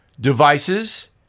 Devices